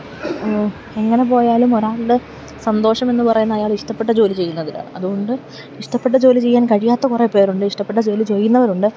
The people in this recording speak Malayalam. എങ്ങനെ പോയാലും ഒരാളുടെ സന്തോഷം എന്നു പറയുന്നതയാള് ഇഷ്ടപ്പെട്ട ജോലി ചെയ്യുന്നതിലാണ് അതുകൊണ്ട് ഇഷ്ടപ്പെട്ട ജോലി ചെയ്യാൻ കഴിയാത്ത കുറേ പേരുണ്ട് ഇഷ്ടപ്പെട്ട ജോലി ചെയ്യുന്നവരുണ്ട്